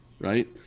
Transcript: right